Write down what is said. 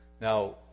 Now